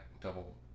double